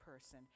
person